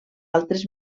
altres